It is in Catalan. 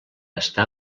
està